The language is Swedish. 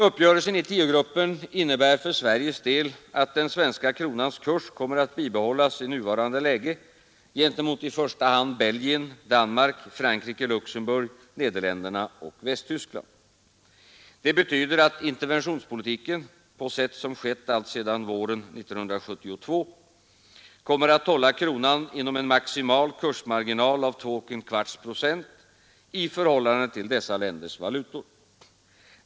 Uppgörelsen i tiogruppen innebär för Sveriges del att den svenska kronans kurs kommer att bibehållas i nuvarande läge gentemot i första hand Belgien, Danmark, Frankrike, Luxemburg, Nederländerna och Västtyskland. Det betyder att interventionspolitiken, på sätt som skett alltsedan våren 1972, kommer att hålla kronan inom en maximal kursmarginal av 2,25 procent i förhållande till dessa länders valutor.